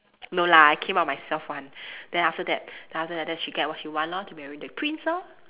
no lah I came out myself [one] then after that then after that then she get what she want lor to marry the prince lor